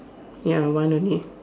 ya one only